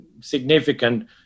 significant